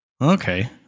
okay